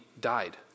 died